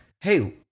hey